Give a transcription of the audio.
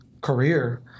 career—